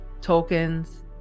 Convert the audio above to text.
tokens